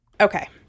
Okay